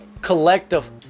collective